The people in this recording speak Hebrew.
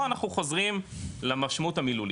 פה אנחנו חוזרים למשמעות המילולית,